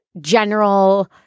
general